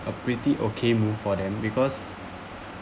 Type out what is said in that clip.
a pretty okay move for them because